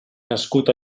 nascut